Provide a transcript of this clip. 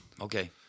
Okay